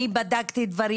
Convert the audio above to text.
אני בדקתי שם.